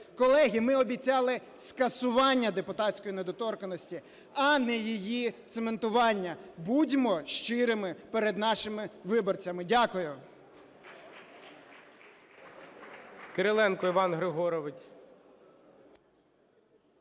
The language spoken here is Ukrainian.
Колеги, ми обіцяли скасування депутатської недоторканності, а не її цементування. Будьмо щирими перед нашими виборцями. Дякую.